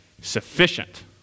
sufficient